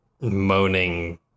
moaning